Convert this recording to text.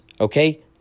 Okay